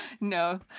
No